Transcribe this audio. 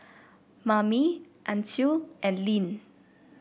Mamie Ancil and Linn